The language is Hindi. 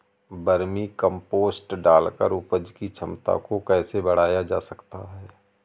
वर्मी कम्पोस्ट डालकर उपज की क्षमता को कैसे बढ़ाया जा सकता है?